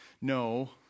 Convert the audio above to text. No